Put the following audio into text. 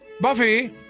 Buffy